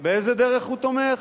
באיזו דרך הוא תומך,